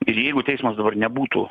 ir jeigu teismas dabar nebūtų